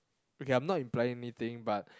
okay I'm not implying anything but